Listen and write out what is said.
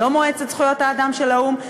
לא מועצת זכויות האדם של האו"ם,